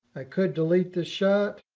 i could delete this shot.